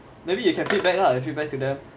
maybe you can feedback lah you feedback to them